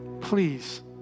please